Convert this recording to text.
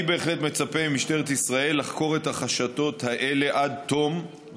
אני בהחלט מצפה ממשטרת ישראל לחקור את החשדות האלה עד תום,